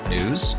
News